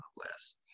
glass